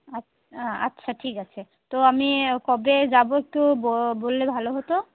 আচ্ছা আচ্ছা ঠিক আছে তো আমি কবে যাবো একটু ব বললে ভালো হতো